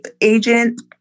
agent